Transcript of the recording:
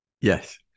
Yes